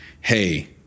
Hey